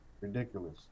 Ridiculous